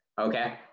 Okay